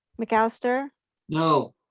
mcallister no,